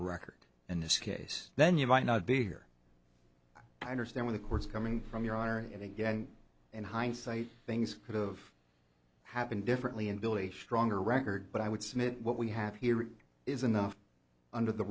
record and this case then you might not be here i understand with the courts coming from your honor and again in hindsight things could of happened differently and build a stronger record but i would submit what we have here is enough under the